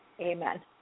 Amen